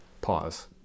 Pause